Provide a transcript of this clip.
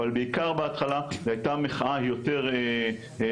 אבל בעיקר בהתחלה זו הייתה מחאה יותר מבוגרת,